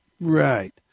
Right